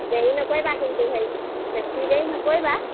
দেৰি নকৰিবা কিন্তু হেৰি বেছি দেৰি নকৰিবা